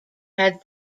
had